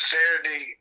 Saturday